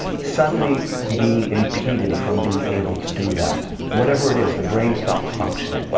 suddenly being impeded from being able to do that, whatever it is. the brain stops functioning,